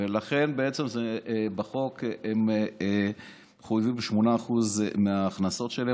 ולכן בעצם בחוק הם חויבו ב-8% מההכנסות שלהן.